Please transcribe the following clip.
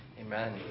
Amen